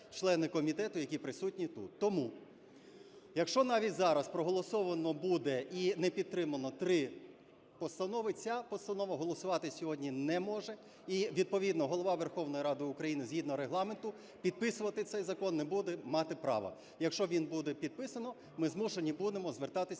члени комітету, які присутні тут. Тому, якщо навіть зараз проголосоване буде і не підтримано три постанови, ця постанова голосуватися сьогодні не може і відповідно Голова Верховної Ради України згідно Регламенту підписувати цей закон не буде мати права. Якщо він буде підписаний, ми змушені будемо звертатися